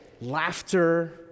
laughter